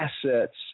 assets